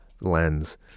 lens